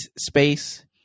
space